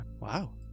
wow